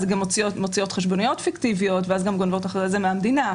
אז גם מוציאות חשבוניות פיקטיביות ואז גם גונבות אחרי זה מהמדינה,